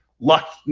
Luck